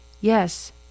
Yes